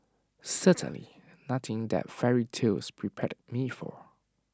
certainly nothing that fairy tales prepared me for